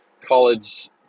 college